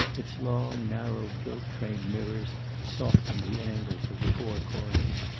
its long narrow gilt-framed mirrors softening the angles of the four corners.